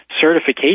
certification